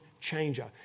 changer